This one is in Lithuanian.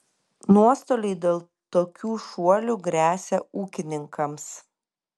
nuostoliai dėl tokių šuolių gresia ūkininkams